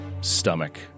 stomach